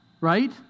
right